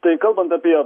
tai kalbant apie